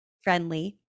friendly